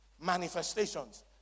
Manifestations